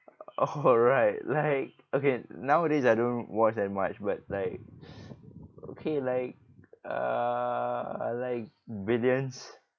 oh right like okay nowadays I don't watch that much but like okay like err I like billions